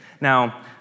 Now